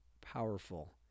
powerful